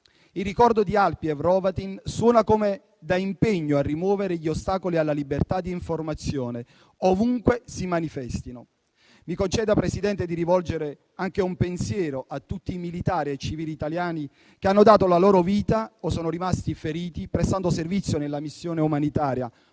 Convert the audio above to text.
Il ricordo di Alpi e Hrovatin suona da impegno a rimuovere gli ostacoli alla libertà di informazione, ovunque si manifestino. Mi conceda, Presidente, di rivolgere un pensiero anche a tutti i militari e civili italiani che hanno dato la loro vita o sono rimasti feriti, prestando servizio nella missione umanitaria